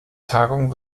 tagung